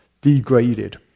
degraded